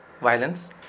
violence